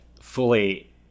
fully